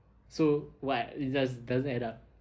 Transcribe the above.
so what it just doesn't add up